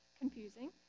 confusing